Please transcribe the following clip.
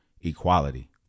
equality